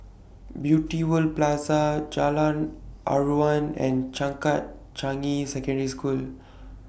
Beauty World Plaza Jalan Aruan and Changkat Changi Secondary School